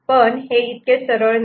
पण हे इतके सरळ नाही